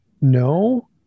No